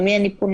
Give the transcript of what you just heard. למי אני פונה?